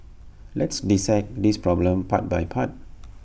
let's dissect this problem part by part